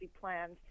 plans